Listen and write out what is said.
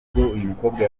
mukobwa